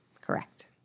Correct